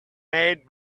made